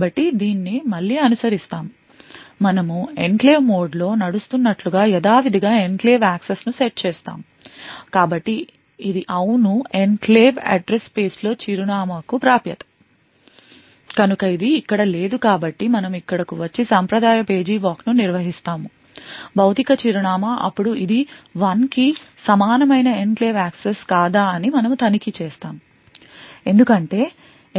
కాబట్టి దీన్ని మళ్ళీ అనుసరిస్తాము మనము ఎన్క్లేవ్ మోడ్లో నడుస్తున్నట్లుగా యథావిధిగా ఎన్క్లేవ్ యాక్సెస్ను సెట్ చేసాము కాబట్టి ఇది అవును ఎన్క్లేవ్ అడ్రస్ స్పేస్లో చిరునామా కు ప్రాప్యత కనుక ఇది ఇక్కడ లేదు కాబట్టి మనము ఇక్కడకు వచ్చి సాంప్రదాయ పేజీ walk ను నిర్వహిస్తాము భౌతిక చిరునామా అప్పుడు ఇది 1 కి సమానమైన ఎన్క్లేవ్ యాక్సెస్ కాదా అని మనము తనిఖీ చేస్తాము ఎందుకంటే